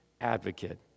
advocate